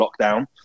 lockdown